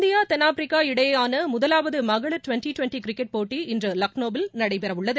India தென்னாப்பிரிக்கா இடையேயான முதலாவது மகளிர் டுவென்டி டுவென்டி கிரிக்கெட் போட்டி இன்று லக்னோவில் நடைபெறவுள்ளது